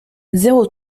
zéro